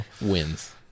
Wins